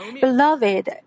Beloved